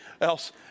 else